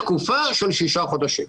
כל האמור מכוון לתקופה של שישה חודשים.